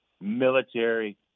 military